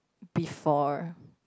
before